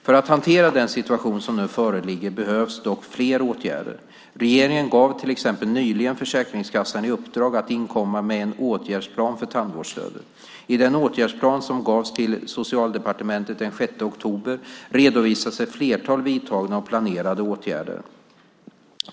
För att hantera den situation som nu föreligger behövs det dock flera åtgärder. Regeringen gav till exempel nyligen Försäkringskassan i uppdrag att inkomma med en åtgärdsplan för tandvårdsstödet. I den åtgärdsplan som gavs in till Socialdepartementet den 6 oktober redovisas ett flertal vidtagna och planerade åtgärder.